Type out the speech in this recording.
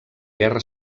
guerra